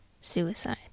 suicide